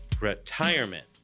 retirement